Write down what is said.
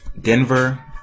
Denver